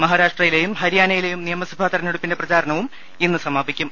മഹാരാഷ്ട്രയിലെയും ഹരിയാനയിലെയും നിയമസഭാ തെര ഞ്ഞെടുപ്പിന്റെ പ്രചാരണവും ഇന്ന് സമാപ്പിക്കും